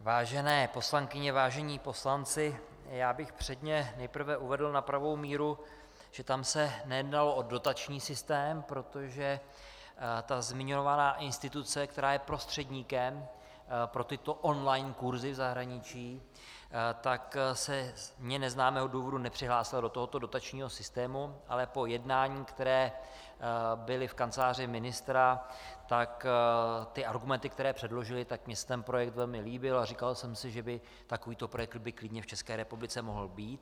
Vážené poslankyně, vážení poslanci, já bych předně nejprve uvedl na pravou míru, že tam se nejednalo o dotační systém, protože ta zmiňovaná instituce, která je prostředníkem pro tyto online kurzy v zahraničí, tak se z mně neznámého důvodu nepřihlásila do tohoto dotačního systému, ale po jednání, která byla v kanceláři ministra, tak argumenty, které předložili, tak mně se ten projekt velmi líbil a říkal jsem si, že takovýto projekt by klidně v České republice mohl být.